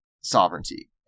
sovereignty